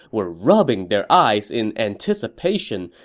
were rubbing their eyes in anticipation,